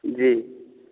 जी